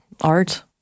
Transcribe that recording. art